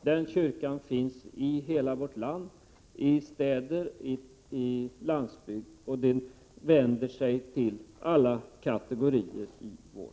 Den kyrkan finns i hela vårt land, i städer och på landsbygd, och den vänder sig till alla kategorier.